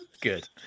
Good